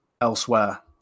elsewhere